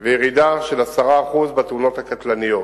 וירידה של 10% בתאונות הקטלניות.